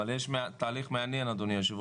אבל תהליך מעניין, אדוני היושב-ראש.